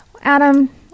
Adam